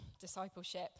discipleship